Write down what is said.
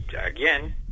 again